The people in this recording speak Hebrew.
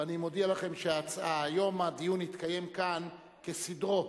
ואני מודיע לכם שהיום הדיון יתקיים כאן כסדרו.